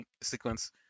sequence